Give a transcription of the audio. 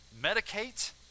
medicate